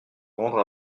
rendre